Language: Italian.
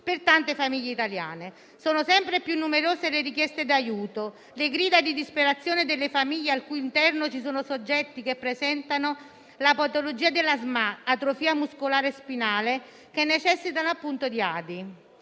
per tante famiglie italiane. Sono sempre più numerose le richieste d'aiuto, le grida di disperazione delle famiglie al cui interno ci sono soggetti che presentano la patologia della SMA (atrofia muscolare spinale) che necessitano appunto di ADI.